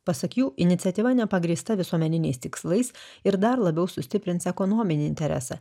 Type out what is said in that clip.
pasak jų iniciatyva nepagrįsta visuomeniniais tikslais ir dar labiau sustiprins ekonominį interesą